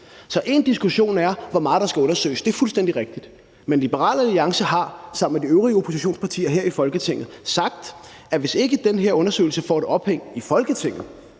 Så én diskussion er, hvor meget der skal undersøges – det er fuldstændig rigtigt. Men Liberal Alliance har sammen med de øvrige oppositionspartier her i Folketinget sagt, at hvis ikke den her undersøgelse får et ophæng i Folketinget,